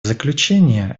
заключение